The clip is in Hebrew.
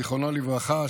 זיכרונו לברכה,